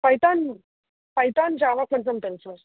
Python Python Java కొంచెం తెలుసు